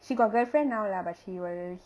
she got girlfriend now lah but she will